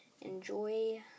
Enjoy